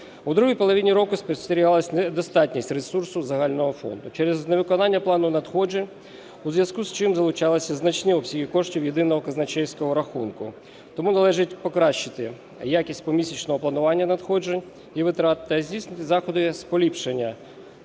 У другій половині року спостерігалась недостатність ресурсу загального фонду через невиконання плану надходжень, у зв'язку з чим залучались значні обсяги коштів єдиного казначейського рахунку. Тому належить покращити якість помісячного планування надходжень і витрат та здійснити заходи з поліпшення